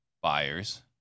buyers